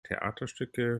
theaterstücke